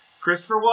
Christopher